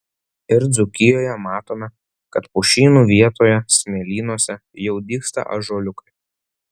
ir dzūkijoje matome kad pušynų vietoje smėlynuose jau dygsta ąžuoliukai